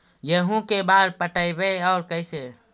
गेहूं के बार पटैबए और कैसे?